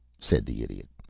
said the idiot.